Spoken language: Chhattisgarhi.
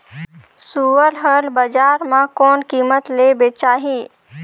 सुअर हर बजार मां कोन कीमत ले बेचाही?